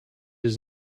his